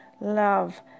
love